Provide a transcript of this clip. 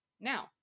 Now